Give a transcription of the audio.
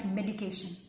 Medication